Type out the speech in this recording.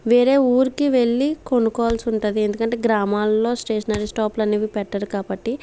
వేరే ఊరికి వెళ్లి కొనుక్కోవాల్సి ఉంటది ఎందుకంటే గ్రామాల్లో స్టేషనరీ స్టాప్లు అనేవి పెట్టరు కాబట్టి